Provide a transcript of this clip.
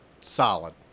Solid